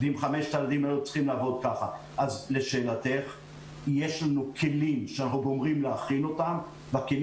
לכן צריך לשבח את העניין הזה שהמורים נרתמו למשימה ומחזירים